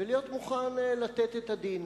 ולהיות מוכן לתת את הדין.